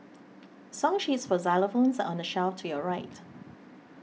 song sheets for xylophones on the shelf to your right